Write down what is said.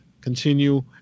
continue